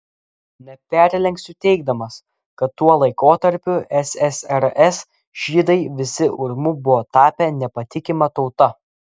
neperlenksiu teigdamas kad tuo laikotarpiu ssrs žydai visi urmu buvo tapę nepatikima tauta